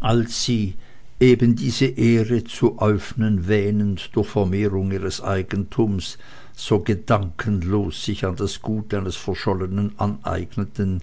als sie eben diese ehre zu äufnen wähnend durch vermehrung ihres eigentums so gedankenlos sich das gut eines verschollenen aneigneten